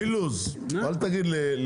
אחר כך תגיב.